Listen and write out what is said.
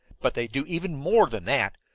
but they do even more than that.